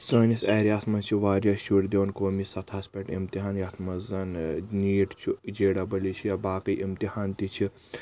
سٲنِس ایریاہس منٛز چھِ واریاہ شُرۍ دِوان قومی سطحس پٮ۪ٹھ امتِحان یتھ منٛز زن نیٖٹ چھُ جے ڈبٕل ای چھُ یا باقٕے امتِحان تہِ چھ